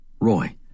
Roy